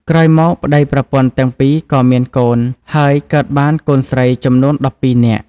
ក្រោយមកប្តីប្រពន្ធទាំងពីរក៏មានកូន ហើយកើតបានកូនស្រីចំនួន១២នាក់។